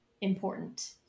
important